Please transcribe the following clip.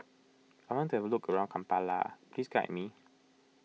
I want to have a look around Kampala please guide me